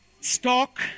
stock